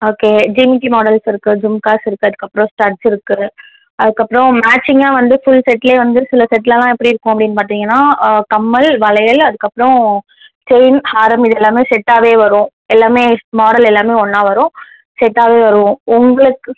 okay ஜிமிக்கி models இருக்குது ஜும்காஸ் இருக்குது அதுக்கப்புறம் ஸ்டட்ஸ் இருக்குது அதுக்கப்புறம் மேட்சிங்காக வந்து ஃபுல் செட்டில் வந்து சில செட்லெலாம் எப்படி இருக்கும் அப்படின்னு பார்த்தீங்கன்னா கம்மல் வளையல் அதுக்கப்புறம் செயின் ஹாரம் இது எல்லாமே செட்டாகவே வரும் எல்லாமே மாடல் எல்லாமே ஒன்றா வரும் செட்டாகவே வரும் உங்களுக்கு